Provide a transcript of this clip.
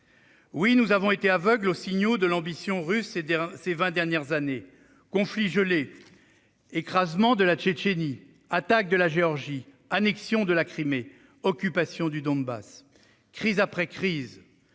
Oui, nous avons été aveugles aux signaux de l'ambition russe durant ces vingt dernières années : conflits gelés, écrasement de la Tchétchénie, attaque de la Géorgie, annexion de la Crimée, occupation du Donbass. Crise après crise,